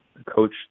coach